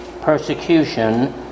persecution